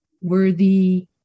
worthy